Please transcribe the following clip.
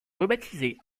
rebaptisée